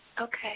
Okay